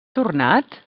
tornat